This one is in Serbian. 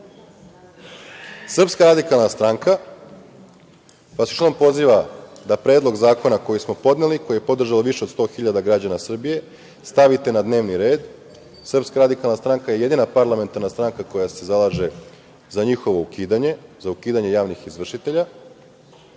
radikalna stranka vas još jednom poziva da predlog zakona koji smo podneli, koji je podržalo više od sto hiljada građana Srbije, stavite na dnevni red. Srpska radikalna stranka je jedina parlamentarna stranka koja se zalaže za njihovo ukidanje, za ukidanje javnih izvršitelja. Imajte